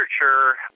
literature